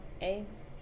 eggs